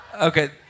Okay